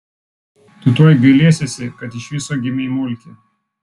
tu tuoj gailėsiesi kad iš viso gimei mulki